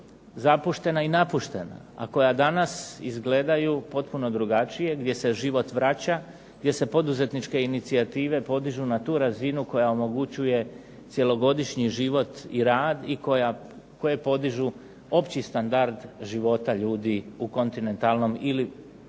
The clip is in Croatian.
zapuštena i napuštena, a koja danas izgledaju potpuno drugačije, gdje se život vraća, gdje se poduzetničke inicijative podižu na tu razinu koja omogućuje cjelogodišnji život i rad i koje podižu opći standard života ljudi u kontinentalnom ili